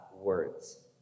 words